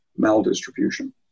maldistribution